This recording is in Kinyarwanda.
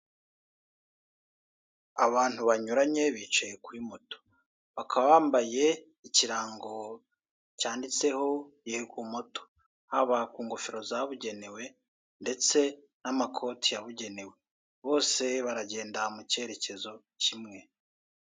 Abantu banyuranye bicaye kuri moto bakaba bambaye ikirango cyanditseho yegomoto haba ku ngofero za bugenewe ndetse n'amakote ya bugenewe bose baragenda mu kerekezo kimwe.